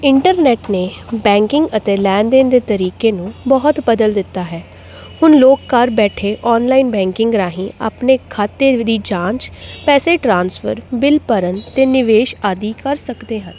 internet ਨੇ banking ਅਤੇ ਲੈਣ ਦੇਣ ਦੇ ਤਰੀਕੇ ਨੂੰ ਬਹੁਤ ਬਦਲ ਦਿੱਤਾ ਹੈ ਹੁਣ ਲੋਕ ਘਰ ਬੈਠੇ ਆਨਲਾਈਨ ਬੈਂਕਿੰਗ ਰਾਹੀਂ ਆਪਣੇ ਖਾਤੇ ਦੀ ਜਾਂਚ ਪੈਸੇ ਟ੍ਰਾਂਸਫਰ ਬਿੱਲ ਭਰਨ ਅਤੇ ਨਿਵੇਸ਼ ਆਦਿ ਕਰ ਸਕਦੇ ਹਨ